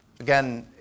Again